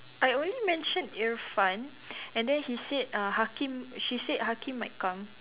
I only mentioned Irfan and then he said uh Hakim she said Hakim might come